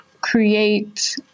create